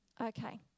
Okay